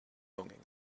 longing